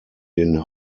den